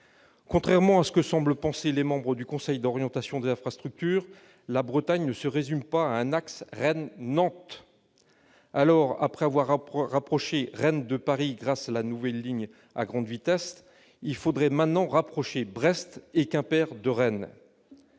Contrairement à ce que semblent penser les membres du Conseil d'orientation des infrastructures, la Bretagne ne se résume pas à un axe Rennes-Nantes. Alors, après avoir rapproché Rennes de Paris grâce à la nouvelle ligne à grande vitesse, il faut maintenant rapprocher Brest et Quimper de Rennes.